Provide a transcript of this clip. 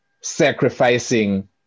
sacrificing